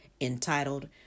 entitled